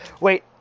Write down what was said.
Wait